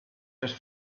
just